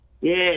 Yes